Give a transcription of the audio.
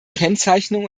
kennzeichnung